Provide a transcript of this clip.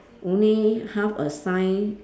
only half a sign